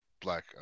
Black